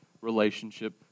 relationship